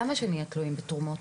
למה שנהיה תלויים בתרומות?